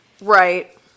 right